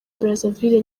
brazaville